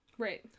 Right